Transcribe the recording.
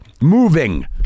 moving